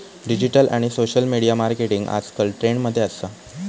digital आणि social media marketing आजकल trend मध्ये असा